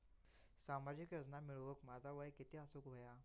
सामाजिक योजना मिळवूक माझा वय किती असूक व्हया?